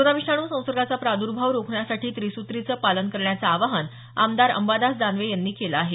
corona विषाणू संसर्गाचा प्रादुर्भाव रोखण्यासाठी त्रिसूत्रीचं पालन करण्याचं आवाहन आमदार अंबादास दानवे यांनी केलं आहे